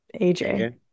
AJ